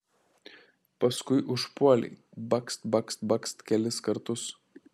paskui užpuolei bakst bakst bakst kelis kartus